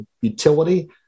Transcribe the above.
utility